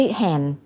hand